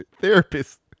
Therapist